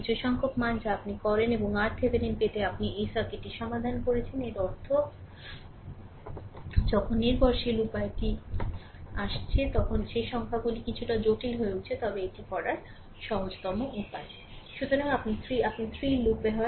কিছু সংখ্যক মান যা আপনি করেন এবং RThevenin পেতে আপনি এই সার্কিটটি সমাধান করেছেন এর অর্থ যখনই নির্ভরশীল উত্সটি আসছে যে সংখ্যাগুলি কিছুটা জটিল হয়ে উঠছে তবে এটি করার সহজতম উপায় সুতরাং আপনি 3 আপনি 3 লুপ হয়